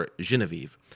Genevieve